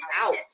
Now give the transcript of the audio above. out